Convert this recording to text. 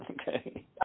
okay